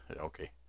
Okay